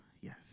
Yes